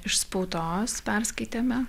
iš spaudos perskaitėme